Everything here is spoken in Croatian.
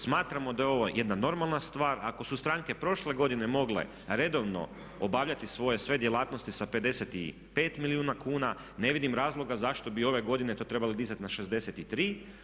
Smatramo da je ovo jedna normalna stvar ako su stranke prošle godine mogle redovno obavljati svoje sve djelatnosti sa 55 milijuna kuna ne vidim razloga zašto bi ove godine to trebali dizati na 63.